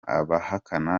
abahakana